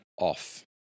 off